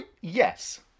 Yes